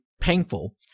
painful